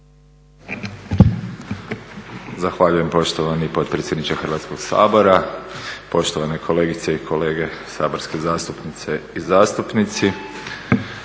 Zahvaljujem poštovani potpredsjedniče Hrvatskog sabora. Poštovane kolegice i kolege saborske zastupnice i zastupnici